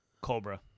Cobra